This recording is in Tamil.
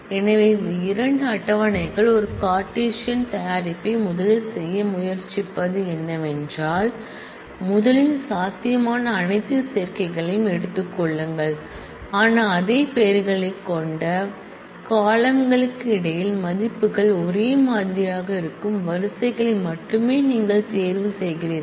எனவே இந்த இரண்டு டேபிள் களின் r × s ஒரு கார்ட்டீசியன் தயாரிப்பை முதலில் செய்ய முயற்சிப்பது என்னவென்றால் முதலில் சாத்தியமான அனைத்து சேர்க்கைகளையும் எடுத்துக் கொள்ளுங்கள் ஆனால் அதே பெயர்களைக் கொண்ட காலம்ன்களுக்கு இடையில் மதிப்புகள் ஒரே மாதிரியாக இருக்கும் ரோகளை மட்டுமே நீங்கள் தேர்வு செய்கிறீர்கள்